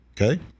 Okay